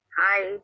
Hi